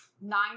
nine